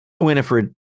Winifred